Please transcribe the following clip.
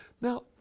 Now